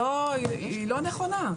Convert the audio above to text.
היא לא נכונה.